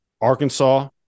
Arkansas